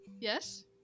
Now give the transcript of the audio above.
Yes